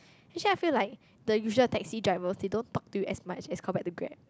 actually I feel like the usual taxi drivers they don't talk to you as much as compared to Grab